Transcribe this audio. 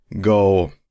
go